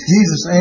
Jesus